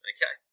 Okay